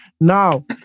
Now